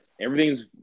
Everything's